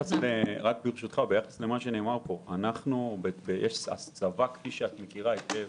ביחס למה שנאמר פה: הצבא, כפי שאת מכירה היטב,